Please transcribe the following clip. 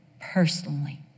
personally